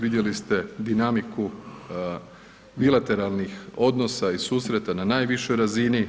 Vidjeli ste dinamiku bilateralnih odnosa i susreta na najvišoj razini.